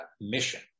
mission